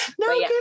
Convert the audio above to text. No